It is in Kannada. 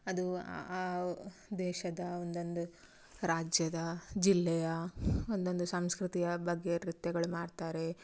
ಅದೂ ಆ ಆ ದೇಶದ ಒಂದೊಂದು ರಾಜ್ಯದ ಜಿಲ್ಲೆಯ ಒಂದೊಂದು ಸಂಸ್ಕ್ರತಿಯ ಬಗ್ಗೆ ನೃತ್ಯಗಳ್ ಮಾಡ್ತಾರೆ